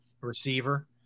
Receiver